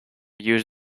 used